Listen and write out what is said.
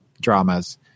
dramas